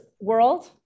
world